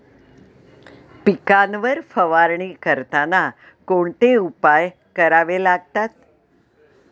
पिकांवर फवारणी करताना कोणते उपाय करावे लागतात?